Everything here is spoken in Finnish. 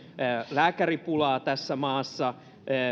lääkäripulaa tässä maassa